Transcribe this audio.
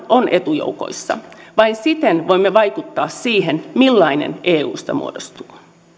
on etujoukoissa vain siten voimme vaikuttaa siihen millainen eusta muodostuu